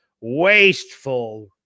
wasteful